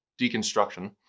deconstruction